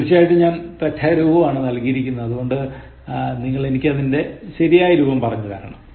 തീർച്ചയായും ഞാൻ തെറ്റായ രൂപമാണ് നൽകിയിരിക്കുന്നത് അതുകൊണ്ട് നിങ്ങൾ എനിക്ക് ഇതിൻറെ ശരിയായ രൂപം പറഞ്ഞു തരണം